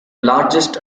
largest